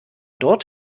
dort